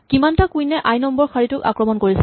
কিমানটা কুইন এ আই নম্বৰ শাৰীটোক আক্ৰমণ কৰিছে